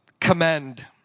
commend